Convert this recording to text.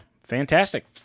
fantastic